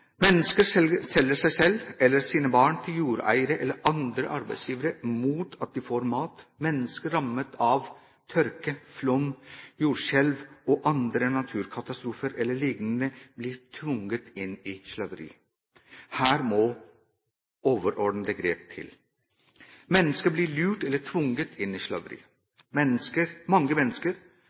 selger seg selv eller sine barn til jordeiere eller andre arbeidsgivere mot at de får mat. Mennesker rammet av tørke, flom, jordskjelv og andre naturkatastrofer e.l. blir tvunget inn i slaveri. Her må overordnede grep til. Mennesker blir lurt eller tvunget inn i slaveri, mange mennesker